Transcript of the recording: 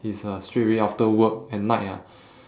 is uh straight away after work at night ah